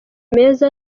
meza